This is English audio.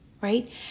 right